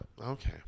Okay